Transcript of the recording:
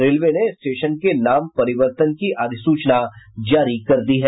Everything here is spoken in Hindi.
रेलवे ने स्टेशन के नाम परिवर्तन की अधिसूचना जारी कर दी है